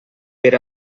per